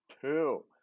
Two